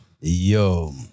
Yo